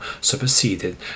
superseded